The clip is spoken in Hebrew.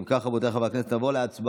אם כך, רבותיי חברי הכנסת, נעבור להצבעה,